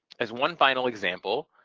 as one final example,